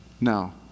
No